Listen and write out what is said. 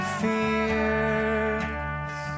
fears